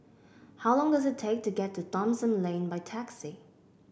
how long does it take to get to Thomson Lane by taxi